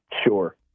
Sure